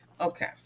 Okay